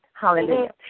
Hallelujah